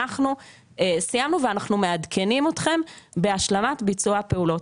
ואנחנו מעדכנים אתכם בהשלמת ביצוע הפעולות.